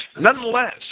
Nonetheless